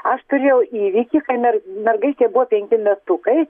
aš turėjau įvykį kai mer mergaitė buvo penki metukai